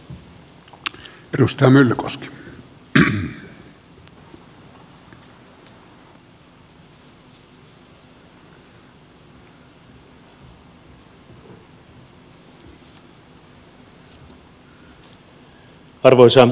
arvoisa puhemies